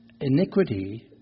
iniquity